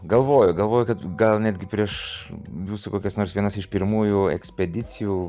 galvoju galvoju kad gal netgi prieš būsiu kokios nors vienos iš pirmųjų ekspedicijų